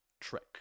trick